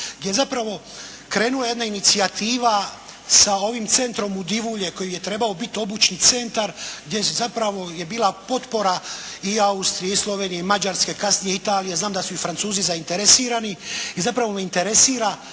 gdje je zapravo krenula jedna inicijativa sa ovim centrom u Divulje koji je trebao biti obučni centar gdje zapravo je bila potpora i Austrije, i Slovenije, i Mađarske, kasnije i Italije, znam da su i Francuzi zainteresirani. I zapravo me interesira